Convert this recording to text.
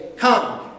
Come